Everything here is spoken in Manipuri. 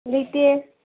ꯂꯩꯇꯦ